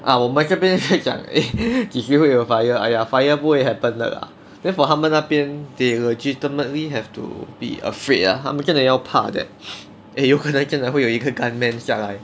ah 我们这边会讲 eh 几时会有 fire !aiya! fire 不会 happen 的 lah therefore 他们那边 they legitimately have to be afraid lah 他们真的要怕 that eh 有可能真的会有一个 gunmen 下来